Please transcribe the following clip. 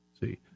see